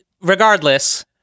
Regardless